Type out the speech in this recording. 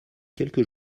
quelques